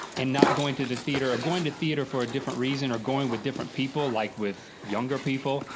and not going to the theater, or going to theater for a different reason, or going with different people like with younger people,